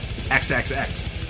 XXX